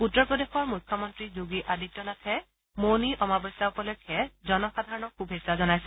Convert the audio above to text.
উত্তৰ প্ৰদেশৰ মুখ্যমন্ত্ৰী যোগী আদিত্যনাথে মৌনী অমাৱস্যা উপলক্ষে জনসাধাৰণক শুভেচ্ছা জনাইছে